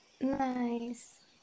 Nice